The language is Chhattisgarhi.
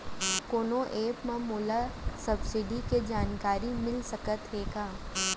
कोनो एप मा मोला सब्सिडी के जानकारी मिलिस सकत हे का?